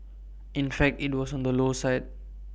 in fact IT was on the low side